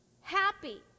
happy